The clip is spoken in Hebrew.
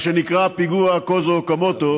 מה שנקרא פיגוע קוזו אוקמוטו,